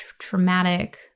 traumatic